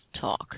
talk